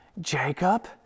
Jacob